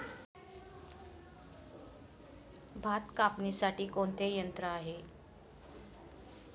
भात कापणीसाठी कोणते यंत्र आहे?